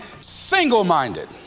single-minded